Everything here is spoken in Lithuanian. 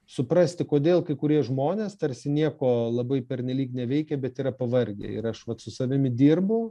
suprasti kodėl kai kurie žmonės tarsi nieko labai pernelyg neveikia bet yra pavargę ir aš vat su savimi dirbu